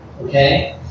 okay